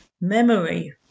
Memory